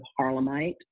Harlemite